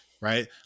Right